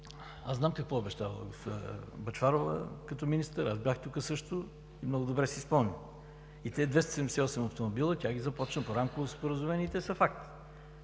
Аз знам какво е обещавала Бъчварова като министър, аз бях тук също и много добре си спомням. Тези 278 автомобила тя ги започна по Рамковото споразумение, и те са факт.